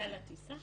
הוא עולה על הטיסה?